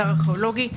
אתר ארכיאולוגי,